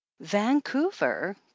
vancouver